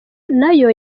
nayo